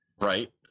Right